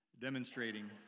demonstrating